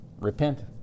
Repent